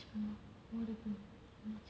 போறப்ப:porappa